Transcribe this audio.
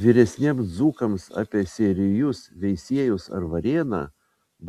vyresniems dzūkams apie seirijus veisiejus ar varėną